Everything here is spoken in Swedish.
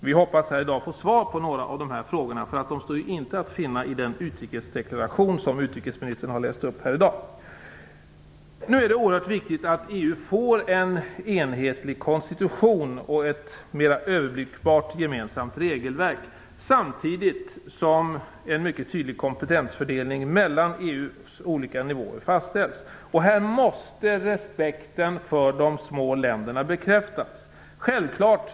Vi hoppas här i dag få svar på några av dessa frågor, därför att de står inte att finna i den utrikesdeklaration som utrikesministern har läst upp här i dag. Nu är det oerhört viktigt att EU får en enhetlig konstitution och ett mer överblickbart gemensamt regelverk samtidigt som en mycket tydlig kompetensfördelning mellan EU:s olika nivåer fastställs. Här måste respekten för de små länderna bekräftas.